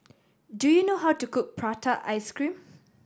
do you know how to cook prata ice cream